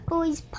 Boys